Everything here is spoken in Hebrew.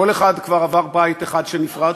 כל אחד כבר עבר בית אחד שנפרץ,